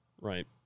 Right